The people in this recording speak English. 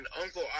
Uncle